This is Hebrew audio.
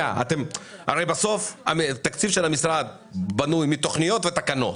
בסוף התקציב של המשרד בנוי מתכניות ותקנות.